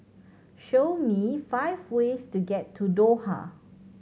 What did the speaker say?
show me five ways to get to Doha